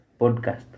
Podcast